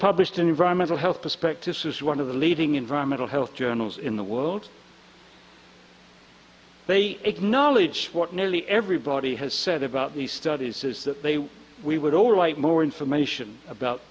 published in environmental health perspective says one of the leading environmental health journals in the world they acknowledge what nearly everybody has said about these studies is that they we would all like more information about